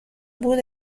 بود